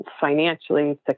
financially